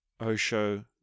Osho